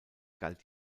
galt